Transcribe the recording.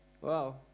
wow